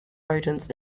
rodents